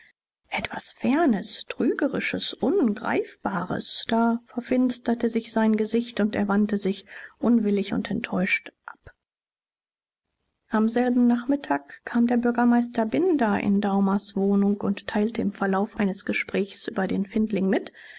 etwas fernes trügerisches ungreifbares da verfinsterte sich sein gesicht und er wandte sich unwillig und enttäuscht ab am selben nachmittag kam der bürgermeister binder in daumers wohnung und teilte im verlauf eines gesprächs über den findling mit